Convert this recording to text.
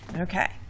Okay